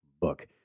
book